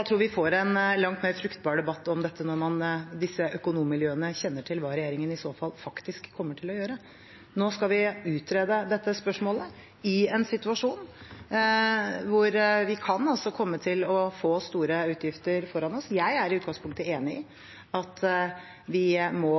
tror vi får en langt mer fruktbar debatt om dette når disse økonommiljøene kjenner til hva regjeringen i så fall faktisk kommer til å gjøre. Nå skal vi utrede dette spørsmålet – i en situasjon hvor vi kan komme til å få store utgifter. Jeg er i utgangspunktet enig i at vi må